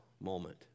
moment